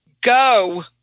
go